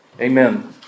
Amen